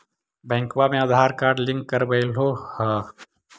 बैंकवा मे Aadhaar card link करवैलहो है?